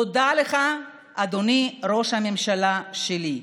תודה לך, אדוני ראש הממשלה שלי.